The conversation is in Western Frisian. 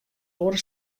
oare